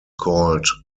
called